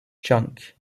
junk